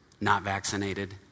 not-vaccinated